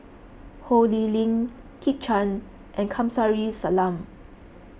Ho Lee Ling Kit Chan and Kamsari Salam